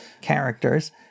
characters